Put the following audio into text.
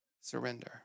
surrender